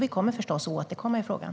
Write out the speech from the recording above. Vi kommer förstås att återkomma i frågan.